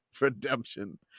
Redemption